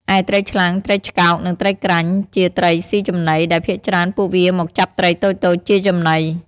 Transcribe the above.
ឯ ត្រីឆ្លាំង ត្រីឆ្កោក និងត្រីក្រាញ់ ជាត្រិសុីចំណី ដែលភាគច្រើនពួកវាមកចាប់ត្រីតូចៗជាចំណី។